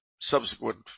subsequent